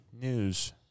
news